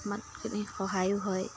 ইমানখিনি সহায়ো হয়